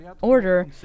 order